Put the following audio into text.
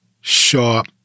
sharp